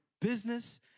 business